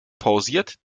pausiert